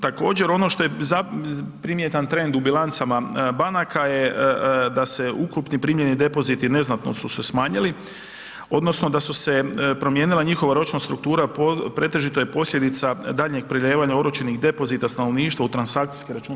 Također ono što je primjetan trend u bilancama banka je da se ukupni primljeni depoziti neznatno su se smanjili odnosno da su se promijenila njihova ročna struktura, pretežito je posljedica daljnjeg prelijevanja oročenih depozita stanovništva u transakcijske račune.